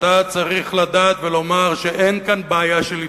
ואתה צריך לדעת ולומר שאין כאן בעיה של עיתוי,